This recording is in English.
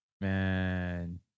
Man